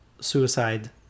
Suicide